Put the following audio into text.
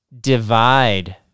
Divide